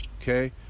Okay